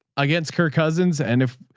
against kirk cousins. and if,